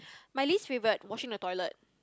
my least favourite washing the toilet